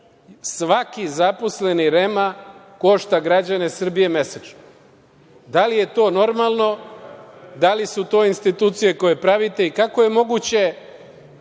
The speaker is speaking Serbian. svaki zaposleni REM-a, košta građane Srbije mesečno. Da li je to normalno, da li su to institucije koje pravite i kako je moguće